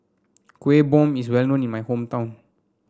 Kuih Bom is well known in my hometown